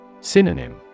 Synonym